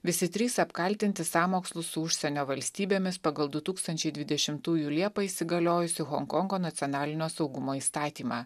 visi trys apkaltinti sąmokslu su užsienio valstybėmis pagal du tūkstančiai dvidešimtųjų liepą įsigaliojusį honkongo nacionalinio saugumo įstatymą